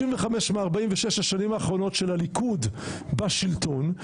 מ-46 השנים האחרונות של הליכוד בשלטון,